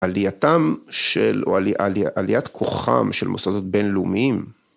עלייתם של או עליית כוחם של מוסדות בינלאומיים